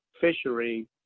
fishery